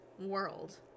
world